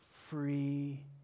free